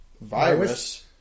virus